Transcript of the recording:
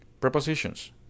Prepositions